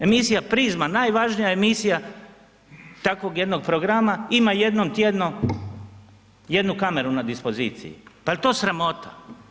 Emisija „Prizma“, najvažnija emisija takvog jednog programa ima jednom tjedno, jednu kameru na dispoziciji, pa jel to sramota?